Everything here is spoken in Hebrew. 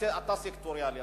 אתה סקטוריאלי.